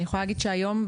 אני יכולה להגיד שהיום,